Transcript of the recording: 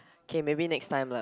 k maybe next time lah